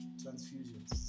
transfusions